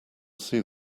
see